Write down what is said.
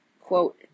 quote